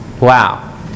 Wow